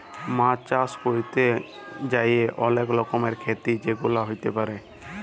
মাছ চাষ ক্যরতে যাঁয়ে অলেক রকমের খ্যতি যেগুলা হ্যতে পারে